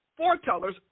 foretellers